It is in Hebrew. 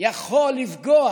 יכול לפגוע